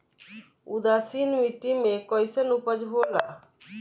उदासीन मिट्टी में कईसन उपज होला?